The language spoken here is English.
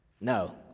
No